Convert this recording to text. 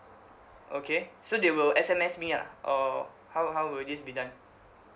okay so they will S_M_S me lah or how how will this be done